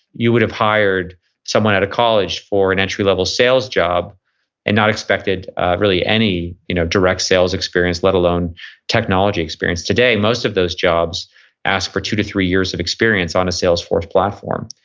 you would have hired someone out of college for an entry level sales job and not expected really any you know direct sales experience let alone technology experience. today, most of those jobs ask for two to three years of experience on a salesforce platform.